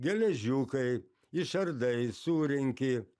geležiukai išardai surenki